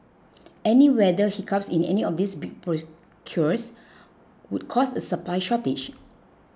any weather hiccups in any of these big procures would cause a supply shortage